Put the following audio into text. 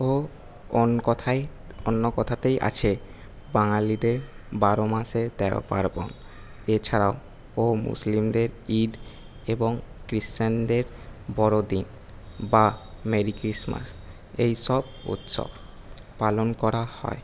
ও অন কথাই অন্য কথাতেই আছে বাঙালিদের বারো মাসে তেরো পার্বণ এছাড়াও ও মুসলিমদের ঈদ এবং ক্রিশ্চানদের বড়দিন বা মেরি ক্রিশমাস এই সব উৎসব পালন করা হয়